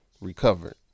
recovered